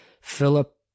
Philip